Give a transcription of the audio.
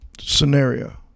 scenario